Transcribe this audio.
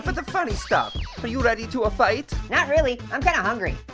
but the funny stuff. are you ready to a-fight? not really. i'm kinda hungry.